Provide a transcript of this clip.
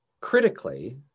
critically